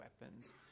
weapons